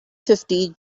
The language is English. fifty